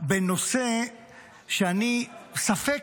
בנושא שאני ספק,